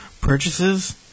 purchases